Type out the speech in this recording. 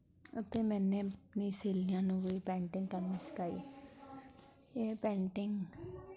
ਅਤੇ ਮੈਂ ਆਪਣੀ ਸਹੇਲੀਆਂ ਨੂੰ ਵੀ ਪੈਂਟਿੰਗ ਕਰਨੀ ਸਿਖਾਈ ਇਹ ਪੈਂਟਿੰਗ